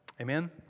Amen